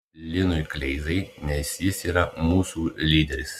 linui kleizai nes jis yra mūsų lyderis